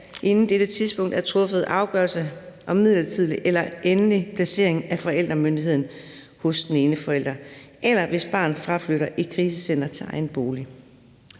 inden dette tidspunkt er truffet afgørelse om midlertidig eller endelig placering af forældremyndigheden hos den ene forælder, eller hvis barnet fraflytter et krisecenter til egen bolig.